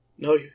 No